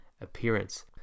appearance